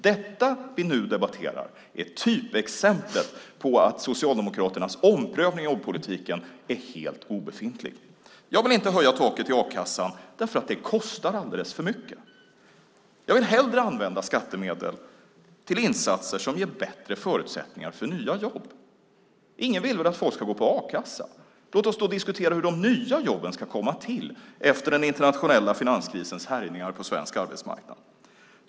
Det vi nu debatterar är typexemplet på att Socialdemokraternas omprövning av jobbpolitiken är helt obefintlig. Jag vill inte höja taket i a-kassan därför att det kostar alldeles för mycket. Jag vill hellre använda skattemedel till insatser som ger bättre förutsättningar för nya jobb. Ingen vill väl att folk ska gå på a-kassa? Låt oss då diskutera hur de nya jobben ska komma till efter den internationella finanskrisens härjningar på svensk arbetsmarknad.